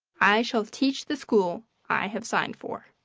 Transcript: i shall teach the school i have signed for.